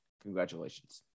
Congratulations